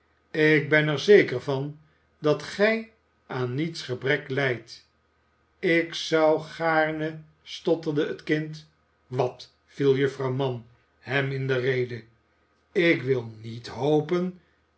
ik ben er zeker van dat gij aan niets gebrek lijdt ik zou gaarne stotterde het kind wat viel juffrouw mann hem in de rede i ik wil niet hopen